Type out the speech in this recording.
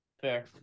Fair